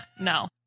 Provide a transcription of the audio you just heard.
no